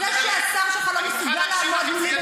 את יכולה לדבר בנימוס, אבל, או להתלהם?